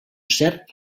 cert